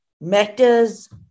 matters